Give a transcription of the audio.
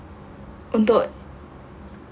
untuk